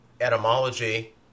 etymology